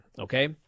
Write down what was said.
okay